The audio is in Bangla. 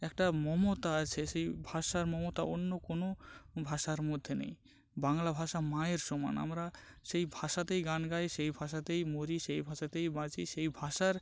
একটা মমতা আছে সেই ভাষার মমতা অন্য কোনো ভাষার মধ্যে নেই বাংলা ভাষা মায়ের সমান আমরা সেই ভাষাতেই গান গাই সেই ভাষাতেই মরি সেই ভাষাতেই বাঁচি সেই ভাষার